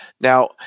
Now